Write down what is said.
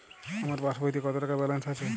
আমার পাসবইতে কত টাকা ব্যালান্স আছে?